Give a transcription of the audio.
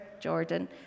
Jordan